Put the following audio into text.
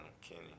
Kenny